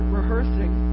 rehearsing